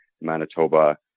Manitoba